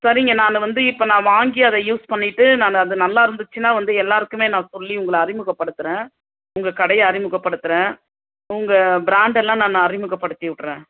சரிங்க நான் வந்து இப்போ நான் வாங்கி அதை யூஸ் பண்ணிவிட்டு நான் அது நல்லா இருந்துச்சுனா வந்து எல்லாேருக்குமே நா சொல்லி உங்களை அறிமுகப்படுத்துகிறேன் உங்கள் கடையை அறிமுகப்படுத்துகிறேன் உங்கள் பிராண்ட் எல்லாம் நான் அறிமுகப்படுத்தி விட்டுறேன்